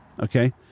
okay